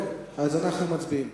אז אנחנו מצביעים,